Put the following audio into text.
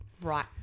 Right